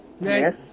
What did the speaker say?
Yes